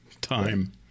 time